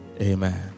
Amen